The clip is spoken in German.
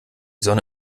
sonne